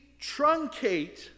truncate